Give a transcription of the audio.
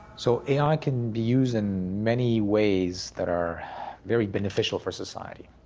so a i. can be used in many ways that are very beneficial for society.